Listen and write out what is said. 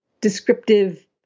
descriptive